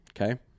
Okay